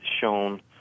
shown